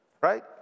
right